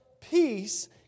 peace